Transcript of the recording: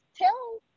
tell